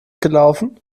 gelaufen